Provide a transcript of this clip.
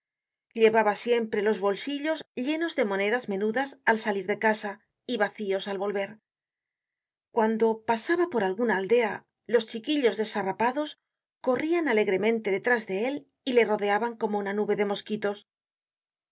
llevaba siempre los bolsillos llenos de monedas menudas al salir de casa y vacíos al volver cuando pasaba por alguna aldea los chiquillos desarrapados corrian alegremente detrás de él y le rodeaban como una nube de mosquitos